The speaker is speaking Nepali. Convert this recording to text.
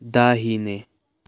दाहिने